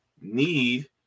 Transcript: need